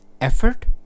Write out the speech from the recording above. effort